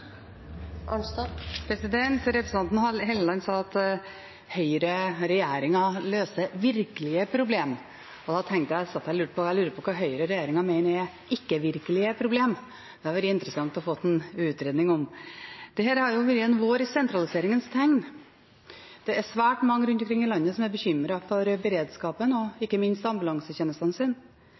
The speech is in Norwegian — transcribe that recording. jeg på hva høyreregjeringen mener med ikke-virkelige problemer. Det hadde det vært interessant å få en utredning om. Dette har jo vært en vår i sentraliseringens navn. Det er svært mange rundt omkring i landet som er bekymret for beredskapen og ikke minst for ambulansetjenesten sin.